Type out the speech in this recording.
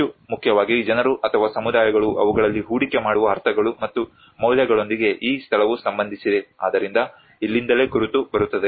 ಹೆಚ್ಚು ಮುಖ್ಯವಾಗಿ ಜನರು ಅಥವಾ ಸಮುದಾಯಗಳು ಅವುಗಳಲ್ಲಿ ಹೂಡಿಕೆ ಮಾಡುವ ಅರ್ಥಗಳು ಮತ್ತು ಮೌಲ್ಯಗಳೊಂದಿಗೆ ಈ ಸ್ಥಳವು ಸಂಬಂಧಿಸಿದೆ ಆದ್ದರಿಂದ ಇಲ್ಲಿಂದಲೇ ಗುರುತು ಬರುತ್ತದೆ